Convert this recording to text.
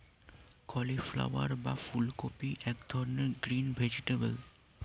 cauliflower বা ফুলকপি এক ধরনের গ্রিন ভেজিটেবল